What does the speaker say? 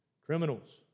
Criminals